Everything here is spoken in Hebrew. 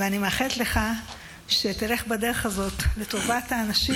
אני מאחלת לך שתלך בדרך הזאת לטובת האנשים